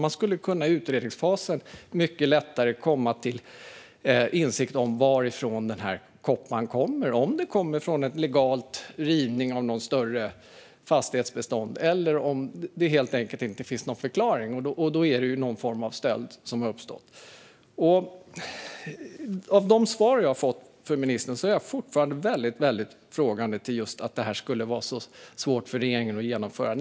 Man skulle i utredningsfasen mycket lättare komma till insikt om varifrån kopparn kommer, om den kommer från en legal rivning av ett större fastighetsbestånd eller om det helt enkelt inte finns någon förklaring. Då är det fråga om någon form av stöld. Av de svar jag har fått från ministern är jag fortfarande frågande till att det skulle vara så svårt för regeringen att införa förslaget.